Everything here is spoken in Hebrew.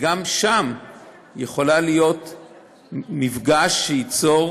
גם שם יכול להיות מפגש שייצור